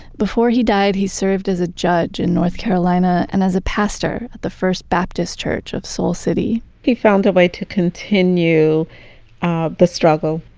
before he died, he served as a judge in north carolina and as a pastor at the first baptist church of soul city he found a way to continue continue ah the struggle.